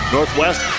Northwest